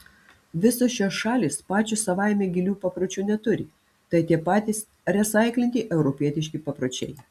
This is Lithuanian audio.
visos šios šalys pačios savaime gilių papročių neturi tai tie patys resaiklinti europietiški papročiai